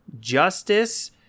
justice